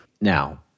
Now